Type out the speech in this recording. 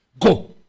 Go